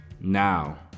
Now